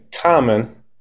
common